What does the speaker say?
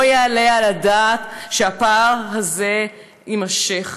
לא יעלה על הדעת שהפער הזה יימשך.